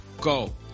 go